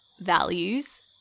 values